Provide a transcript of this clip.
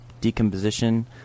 decomposition